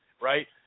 right